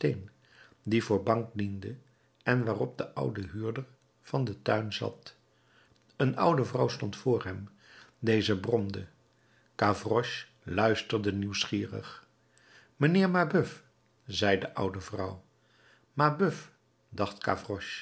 die voor bank diende en waarop de oude huurder van den tuin zat een oude vrouw stond voor hem deze bromde gavroche luisterde nieuwsgierig mijnheer mabeuf zei de oude vrouw